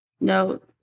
No